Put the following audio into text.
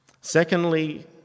Secondly